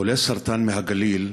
חולי סרטן מהגליל,